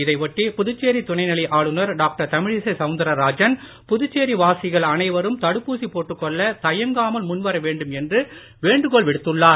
இதை ஒட்டி புதுச்சேரி துணைநிலை ஆளுநர் டாக்டர் தமிழிசை சவுந்தராஜன் புதுச்சேரி வாசிகள் அனைவரும் தடுப்பூசி போட்டுக் கொள்ள தயங்காமல் முன்வர வேண்டும் என்று வேண்டுகோள் விடுத்துள்ளார்